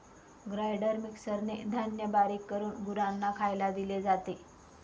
grinder मिक्सरने धान्य बारीक करून गुरांना खायला दिले जाते